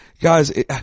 Guys